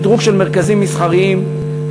שדרוג של מרכזים מסחריים,